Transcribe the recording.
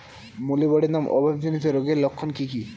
Molybdenum অভাবজনিত রোগের লক্ষণ কি কি?